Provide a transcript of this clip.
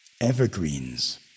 evergreens